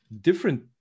different